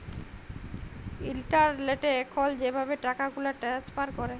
ইলটারলেটে এখল যেভাবে টাকাগুলা টেলেস্ফার ক্যরে